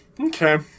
Okay